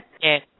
yes